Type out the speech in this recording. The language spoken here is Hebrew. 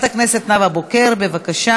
אנחנו